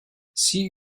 sie